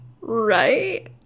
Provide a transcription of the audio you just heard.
right